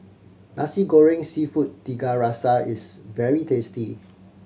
Nasi Goreng Seafood Tiga Rasa is very tasty